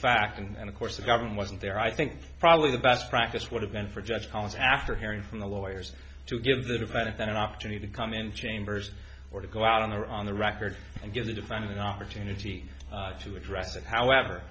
fact and of course the government wasn't there i think probably the best practice would have been for a judge called after hearing from the lawyers to give the defendant an opportunity to come in chambers or to go out on their on the record and give the defining opportunity to address it however